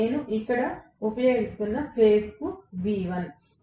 నేను ఇక్కడ ఉపయోగిస్తున్నఫేజ్కు V1